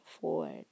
forward